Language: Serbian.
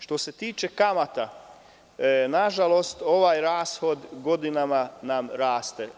Što se tiče kamata, na žalost ovaj rashod godinama nam raste.